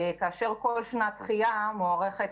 וכל שנת דחייה מוערכת,